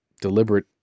deliberate